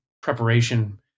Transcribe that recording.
preparation